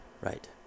Right